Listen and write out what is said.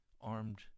armed